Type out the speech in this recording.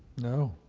no.